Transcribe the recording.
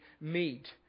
meet